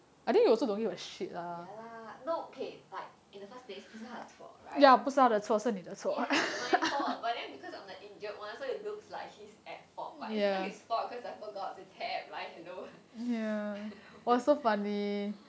ya lah no okay in the first place 不是他的错 right ya it's my fault but then because like because I'm the injured one so it looks like he's at fault but it's not his fault cause I forgot to tap like hello